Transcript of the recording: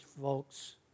folks